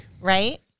Right